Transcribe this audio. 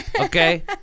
okay